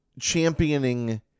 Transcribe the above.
championing